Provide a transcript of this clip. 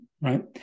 Right